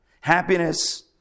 Happiness